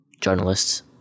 journalists